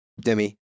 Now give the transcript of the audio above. Demi